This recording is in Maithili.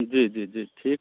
जी जी जी ठीक